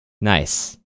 nice